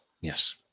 Yes